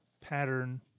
pattern